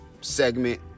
segment